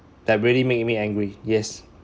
that really make me angry yes